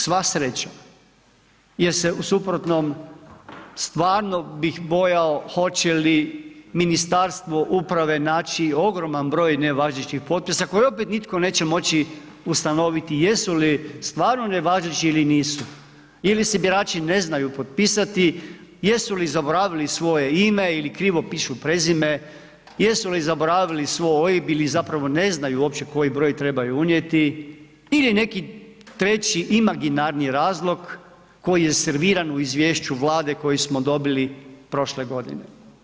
Sva sreća, jer se u suprotnom stvarno bih bojao hoće li Ministarstvo uprave naći ogroman broj nevažećih potpisa koje opet nitko neće moći ustanoviti jesu li stvarno nevažeći ili nisu ili se birači ne znaju potpisati, jesu li zaboravili svoje ime ili krivo pišu prezime, jesu li zaboravili svoj OIB ili zapravo ne znaju koji broj uopće koji broj trebaju unijeti ili neki treći imaginarni razlog koji je serviran u izvješću Vlade koji smo dobili prošle godine.